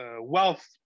wealth